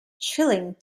chilling